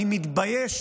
אני מתבייש